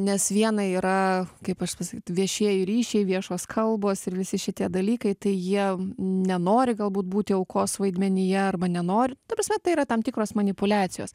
nes viena yra kaip aš viešieji ryšiai viešos kalbos ir visi šitie dalykai tai jie nenori galbūt būti aukos vaidmenyje arba nenori ta prasme tai yra tam tikros manipuliacijos